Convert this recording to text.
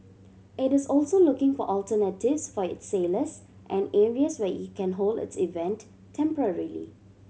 it is also looking for alternatives for its sailors and areas where it can hold its event temporarily